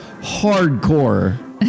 hardcore